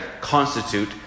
constitute